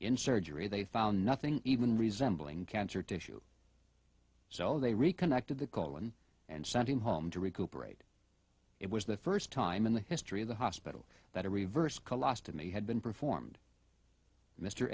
in surgery they found nothing even resembling cancer tissue so they reconnected the colon and sent him home to recuperate it was the first time in the history of the hospital that a reverse colossus to me had been performed mr